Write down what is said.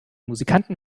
musikanten